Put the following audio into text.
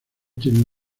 tienen